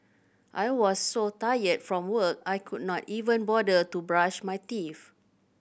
I was so tired from work I could not even bother to brush my teeth